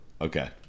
Okay